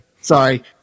sorry